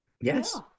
Yes